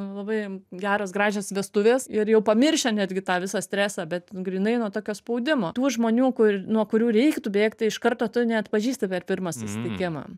labai geros gražios vestuvės ir jau pamiršę netgi tą visą stresą bet grynai nuo tokio spaudimo tų žmonių kur nuo kurių reiktų bėgti iš karto tu neatpažįsti per pirmą susitikimą